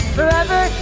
Forever